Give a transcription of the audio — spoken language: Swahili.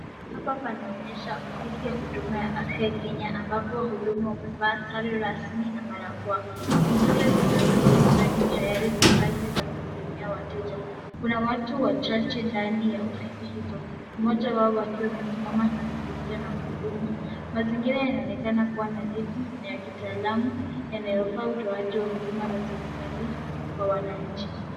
Hapa panaonyesha ofisi ya huduma ya afya ya Kenya ambapo wahudumu wamevaa sare rasmi na barakoa. Computer zimewekwa mezani tayari kwa kazi za kuhudumia wateja. Kuna watu wachache ndani ya ofisi hizo, mmoja wao akiwa amesimama akizungumza na mhudumu. Mazingira yanaonekana kuwa nadhifu na yakitoa alamu yanayofaa utoaji wa huduma za serikali kwa wananchi.